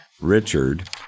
Richard